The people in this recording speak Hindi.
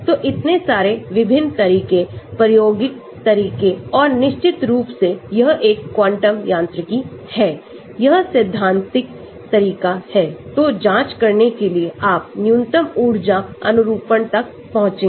तो इतने सारे विभिन्न तरीके प्रायोगिक तरीके और निश्चित रूप से यह एक क्वांटम यांत्रिकी है यह सैद्धांतिक तरीका है तोजांच करने के लिए आप न्यूनतम ऊर्जा अनुरूपण तक पहुंचेंगे